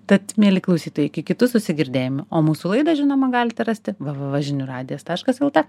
tad mieli klausytojai iki kitų susigirdėjimų o mūsų laidą žinoma galite rasti v v v žinių radijas taškas lt